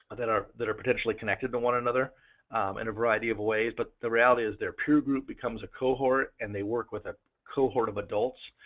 that are that are potentially connected to one another in a variety of ways. but the reality is their peer group becomes a cohort and they work with a cohort of adults.